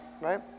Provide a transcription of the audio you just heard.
Right